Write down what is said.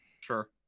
Sure